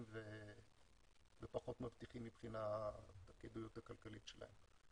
ופחות מבטיחים מבחינת הכדאיות הכלכלית שלהם.